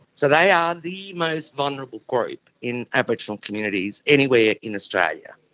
so they are the most vulnerable group in aboriginal communities anywhere in australia.